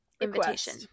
invitation